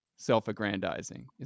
Self-aggrandizing